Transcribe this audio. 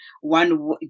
one